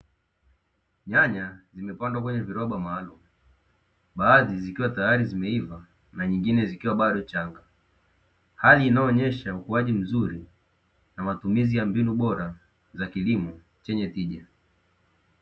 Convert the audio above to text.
Nyanya zimepandwa kwenye viroba maalumu baadhi zikiwa tayari zimeiva na nyengine zikiwa bado changa, hali inayoonyesha ukuaji mzuri na matumizi ya mbinu bora za kilimo chenye tija.